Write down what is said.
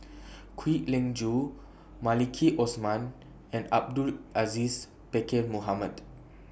Kwek Leng Joo Maliki Osman and Abdul Aziz Pakkeer Mohamed